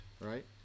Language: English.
right